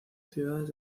ciudades